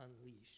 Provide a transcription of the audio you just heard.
unleashed